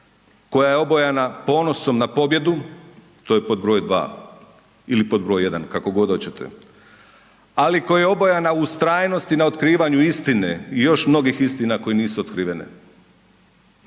Koja je obojana ponosom na pobjedu, to je broj 2. Ili pod broj 1, kako god hoćete, ali koja je obojana ustrajnosti na otkrivanju istine i još mnogih istina koje nisu otkrivene.